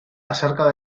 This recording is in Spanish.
acerca